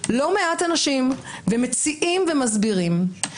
לא מעט אנשים, ומציעים ומסבירים.